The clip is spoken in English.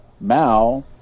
Mao